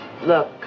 Look